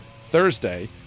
Thursday